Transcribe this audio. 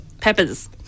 Peppers